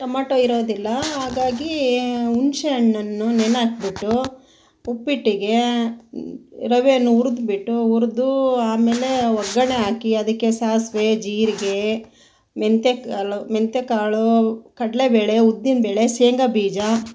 tomato ಇರೋದಿಲ್ಲ ಹಾಗಾಗಿ ಹುಣಸೆಹಣ್ಣನ್ನು ನೆನೆ ಹಾಕಿಬಿಟ್ಟು ಉಪ್ಪಿಟ್ಟಿಗೆ ರವೆಯನ್ನು ಹುರಿದು ಬಿಟ್ಟು ಹುರಿದು ಆಮೇಲೆ ಒಗ್ಗರಣೆ ಹಾಕಿ ಅದಕ್ಕೆ ಸಾಸಿವೆ ಜೀರಿಗೆ ಮೆಂತೆ ಕಾಲು ಮೆಂತ್ಯಕಾಳು ಕಡಲೆಬೇಳೆ ಉದ್ದಿನಬೇಳೆ ಶೇಂಗಾ ಬೀಜ